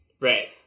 Right